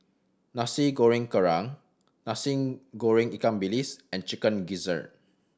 Nasi Goreng Kerang Nasi Goreng ikan bilis and Chicken Gizzard